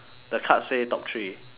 the card say top three